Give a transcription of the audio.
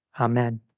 amen